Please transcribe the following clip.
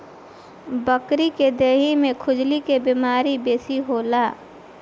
बकरी के देहि में खजुली के बेमारी बेसी होला